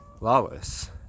lawless